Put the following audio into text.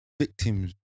victims